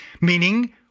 meaning